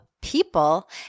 people